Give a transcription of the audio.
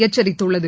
எச்சரித்துள்ளது